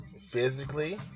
physically